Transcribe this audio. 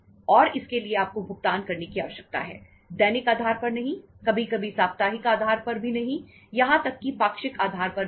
और इसके लिए आपको भुगतान करने की आवश्यकता है दैनिक आधार पर नहीं कभी कभी साप्ताहिक आधार पर भी नहीं यहां तक कि पाक्षिक आधार पर भी नहीं